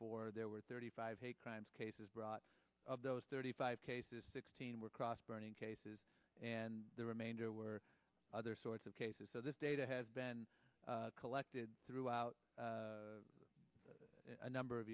four there were thirty five hate crimes cases brought up those thirty five cases sixteen were cross burning cases and the remainder were other sorts of cases so this data has been collected throughout a number of